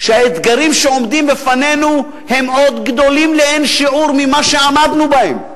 שהאתגרים שעומדים בפנינו הם גדולים לאין שיעור ממה שעמדנו בהם,